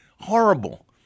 horrible